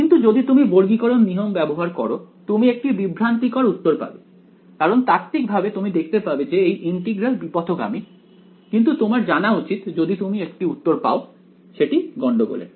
কিন্তু যদি তুমি বর্গীকরণ নিয়ম ব্যবহার করো তুমি একটি বিভ্রান্তিকর উত্তর পাবে কারণ তাত্ত্বিকভাবে তুমি দেখতে পাবে যে এই ইন্টিগ্রাল বিপথগামী কিন্তু তোমার জানা উচিত যদি তুমি একটি উত্তর পাও সেটি গন্ডগোলের